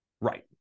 Right